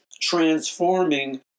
transforming